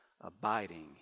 abiding